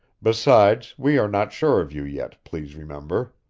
besides, we are not sure of you yet, please remember.